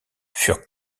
furent